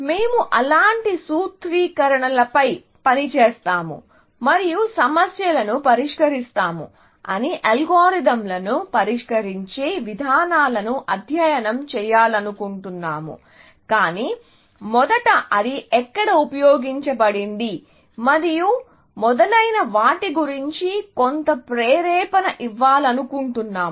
మేము అలాంటి సూత్రీకరణలపై పని చేస్తాము మరియు సమస్యలను పరిష్కరిస్తాము అని అల్గోరిథంలను పరిష్కరించే విధానాలను అధ్యయనం చేయాలనుకుంటున్నాము కాని మొదట అది ఎక్కడ ఉపయోగించబడింది మరియు మొదలైన వాటి గురించి కొంత ప్రేరణ ఇవ్వాలనుకుంటున్నాను